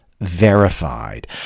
verified